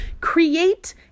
Create